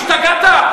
השתגעת?